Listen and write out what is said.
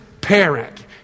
parent